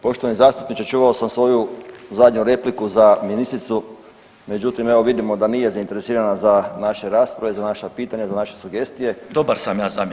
Poštovani zastupniče, čuvao sam svoju zadnju repliku za ministricu, međutim evo vidimo da nije zainteresirana za naše rasprave, za naša pitanja, za naše sugestije, napustila nas je…